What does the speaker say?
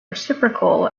reciprocal